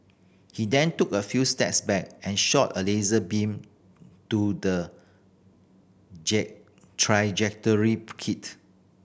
he then took a few steps back and shot a laser beam to the trajectory kit